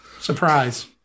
Surprise